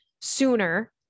sooner